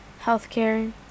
Healthcare